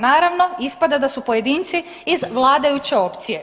Naravno, ispada da su pojedinci ih vladajuće opcije.